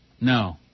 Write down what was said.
No